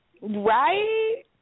Right